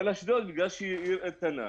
אבל אשדוד, בגלל שהיא עיר איתנה,